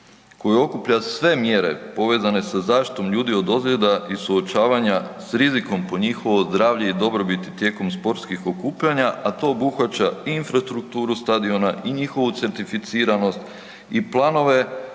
koji okuplja sve mjere povezane sa zaštitom ljudi od ozljeda i suočavanja sa rizikom po njihovo zdravlje i dobrobiti tijekom sportskih okupljanja a to obuhvaća i infrastrukturu stadiona i njihovu certificiranost i planove